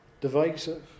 divisive